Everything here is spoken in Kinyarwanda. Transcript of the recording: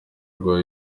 rwa